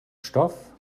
stoff